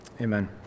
amen